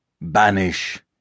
banish